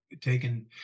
taken